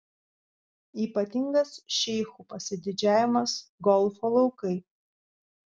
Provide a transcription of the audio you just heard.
ypatingas šeichų pasididžiavimas golfo laukai